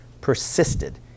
persisted